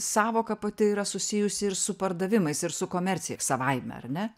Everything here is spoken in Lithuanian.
sąvoka pati yra susijusi ir su pardavimais ir su komercija savaime ar ne